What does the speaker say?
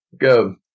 go